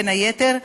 בין היתר,